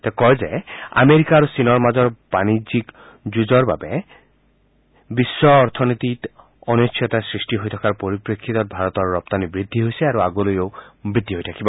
তেওঁ কয় যে আমেৰিকা আৰু চীনৰ মাজৰ বাণিজ্যিক যুঁজৰ বাবে বিশ্ব অৰ্থনীতি অনিশ্চয়তাৰ সৃষ্টি হৈ থকা পৰিপ্ৰেক্ষিতত ভাৰতৰ ৰপ্তানি বৃদ্ধি হৈছে আৰু আগলৈও বৃদ্ধি হৈ থাকিব